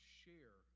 share